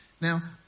Now